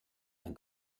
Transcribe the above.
ein